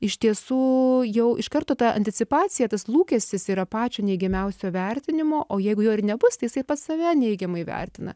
iš tiesų jau iš karto ta anticipacija tas lūkestis yra pačio neigiamiausio vertinimo o jeigu jo ir nebus tai jisai pats save neigiamai vertina